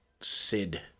Sid